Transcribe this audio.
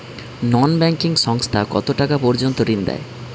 নন banking সংস্থা কতটাকা পর্যন্ত ঋণ দেয়?